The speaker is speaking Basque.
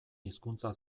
hizkuntza